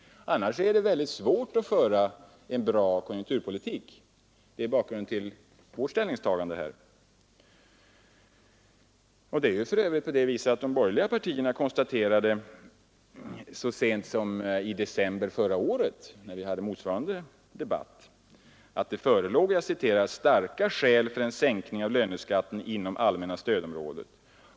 Annars är det väldigt svårt att föra en bra konjunkturpolitik. Det är bakgrunden till vårt ställningstagande. För övrigt konstaterade de borgerliga partierna så sent som i december förra året, när vi hade motsvarande debatt, att det förelåg ”starka skäl för en sänkning av löneskatten inom allmänna stödområdet”.